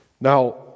Now